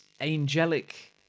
angelic